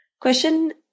Question